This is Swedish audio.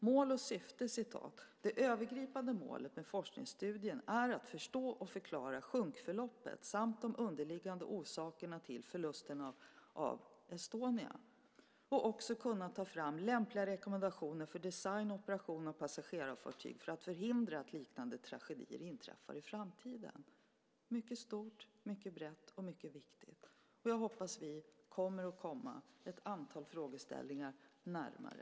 Mål och syfte: Det övergripande målet med forskningsstudien är att förstå och förklara sjunkförloppet samt de underliggande orsakerna till förlusten av Estonia och också kunna ta fram lämpliga rekommendationer för design och operation av passagerarfartyg för att förhindra att liknande tragedier inträffar i framtiden - mycket stort, mycket brett och mycket viktigt. Jag hoppas att vi kommer att komma ett antal frågeställningar närmare.